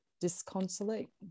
Disconsolate